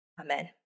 Amen